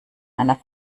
einer